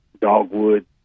dogwood